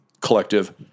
collective